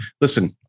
Listen